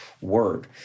Word